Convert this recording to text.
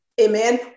amen